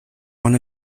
one